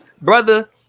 Brother